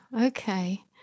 okay